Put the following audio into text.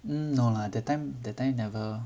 no lah that time that time never